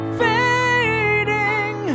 fading